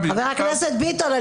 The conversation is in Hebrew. חבר הכנסת ביטון,